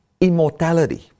immortality